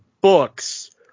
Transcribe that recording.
books